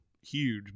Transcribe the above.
huge